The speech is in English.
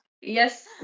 yes